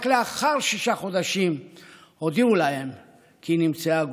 רק לאחר שישה חודשים הודיעו להם כי נמצאה גופתו.